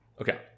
Okay